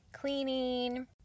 cleaning